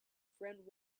friend